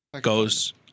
goes